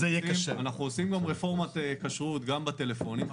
אנחנו עושים גם רפורמת כשרות גם בטלפונים.